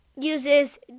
uses